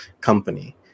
company